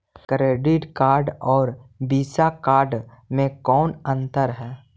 Credit card और Visa card मे कौन अन्तर है?